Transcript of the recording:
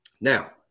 Now